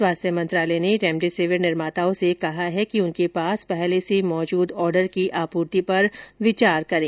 स्वास्थ्य मंत्रालय ने रेमडेसिविर निर्माताओं से कहा है कि उनके पास पहले से मौजूद ऑर्डर की आपूर्ति पर विचार करें